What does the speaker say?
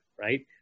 right